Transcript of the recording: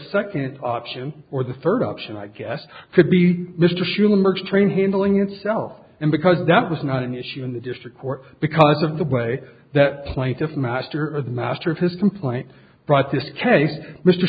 second option or the third option i guess could be mr schumer train handling itself and because that was not an issue in the district or because of the way that plaintiff master the master of his complaint brought this case mr